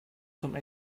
some